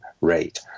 rate